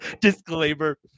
Disclaimer